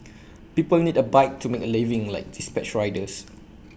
people need A bike to make A living like dispatch riders